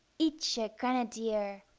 each a grenadier!